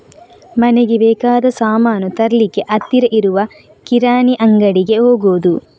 ಮನೆಗೆ ಬೇಕಾದ ಸಾಮಾನು ತರ್ಲಿಕ್ಕೆ ಹತ್ತಿರ ಇರುವ ಕಿರಾಣಿ ಅಂಗಡಿಗೆ ಹೋಗುದು